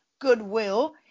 goodwill